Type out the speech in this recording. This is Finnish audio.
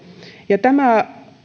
ja tämä